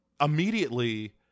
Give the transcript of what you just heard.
immediately